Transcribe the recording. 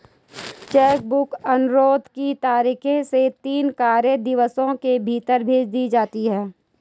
check book अनुरोध की तारीख से तीन कार्य दिवसों के भीतर भेज दी जाती है